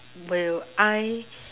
will I